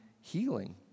healing